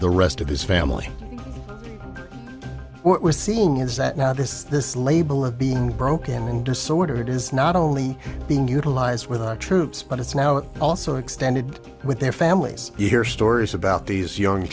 the rest of his family what we're seeing is that now this this label of being broken and disordered is not only being utilized with our troops but it's now also extended with their families you hear stories about these young